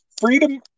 freedom